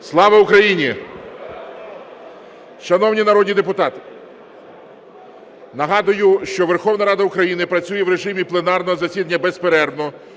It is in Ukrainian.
Слава Україні! Шановні народні депутати, нагадую, що Верховна Рада України працює в режимі пленарного засідання безперервно.